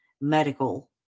medical